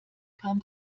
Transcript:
kam